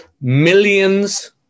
millions